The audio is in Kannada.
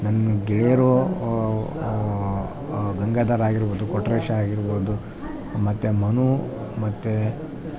ನನ್ನ ಗೆಳೆಯರು ಗಂಗಾಧರ್ ಆಗಿರ್ಬೌದು ಕೊಟ್ರೇಶ ಆಗಿರ್ಬೌದು ಮತ್ತು ಮನು ಮತ್ತು